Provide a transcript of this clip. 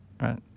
right